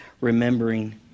remembering